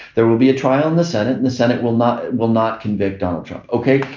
there will be a trial in the senate and the senate will not will not convict donald trump. ok.